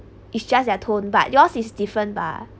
it's just their tone but yours is different bah